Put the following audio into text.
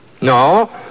No